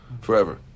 forever